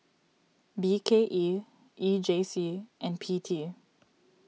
B K E E J C and P T